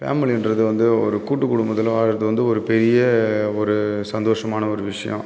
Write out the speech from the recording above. ஃபேமிலின்றது வந்து ஒரு கூட்டு குடும்பத்தில் வாழுகிறது வந்து ஒரு பெரிய ஒரு சந்தோஷமான ஒரு விஷயம்